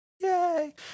Yay